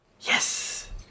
Yes